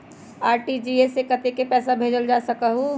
RTGS से कतेक पैसा भेजल जा सकहु???